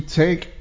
take